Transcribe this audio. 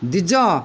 ଦିଜ